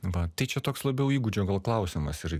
va tai čia toks labiau įgūdžio gal klausimas ir